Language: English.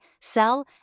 sell